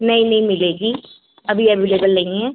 नहीं नहीं मिलेगी अभी अवेलेबल नहीं है